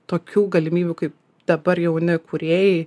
tokių galimybių kaip dabar jauni kūrėjai